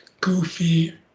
goofy